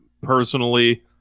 personally